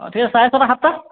অঁ তেতিয়া চাৰে ছটা সাতটা